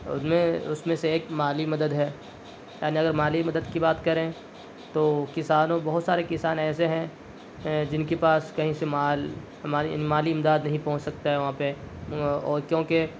ان میں اس میں سے ایک مالی مدد ہے یعنی اگر مالی مدد کی بات کریں تو کسانوں بہت سارے کسان ایسے ہیں جن کے پاس کہیں سے مال مالی امداد نہیں پہنچ سکتا ہے وہاں پہ وہ اور کیونکہ